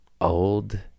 old